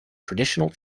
traditional